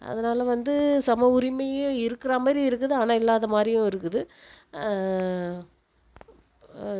அதனால வந்து சம உரிமையும் இருக்கிறா மாதிரி இருக்குது ஆனால் இல்லாத மாரியும் இருக்குது